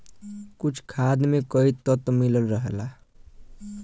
कुछ खाद में कई तत्व मिलल रहला